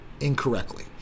incorrectly